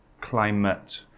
climate